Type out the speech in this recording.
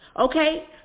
Okay